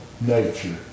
nature